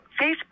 Facebook